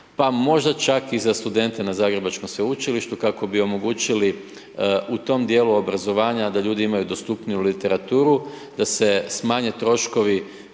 možda čak i za studente na zagrebačkom sveučilištu kako bi omogućili u tom dijelu obrazovanja, da ljudi imaju dostupniju literaturu, da se smanje troškovi